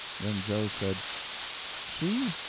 then joe said she?